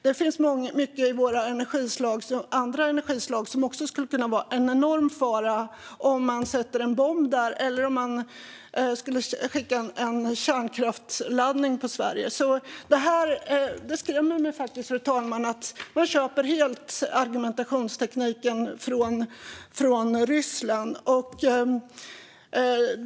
Det finns mycket i våra andra energislag som också skulle kunna vara en enorm fara om man satte en bomb där eller om man skulle skicka en kärnkraftsladdning på Sverige. Det skrämmer mig faktiskt, fru talman, att man helt köper argumentationstekniken från Ryssland.